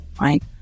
right